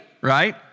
right